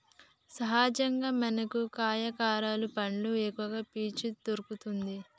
సహజంగా మనకు కాయ కూరలు పండ్లు ఎక్కవ పీచు దొరుకతది